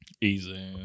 Easy